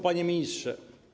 Panie Ministrze!